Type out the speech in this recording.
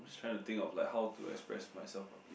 try to think of like how to express myself properly